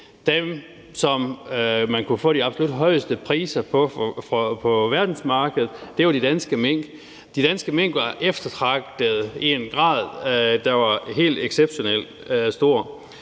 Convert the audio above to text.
man kunne få de absolut højeste priser for på verdensmarkedet, var de danske mink. De danske mink var eftertragtede i en grad, der var helt exceptionelt stor,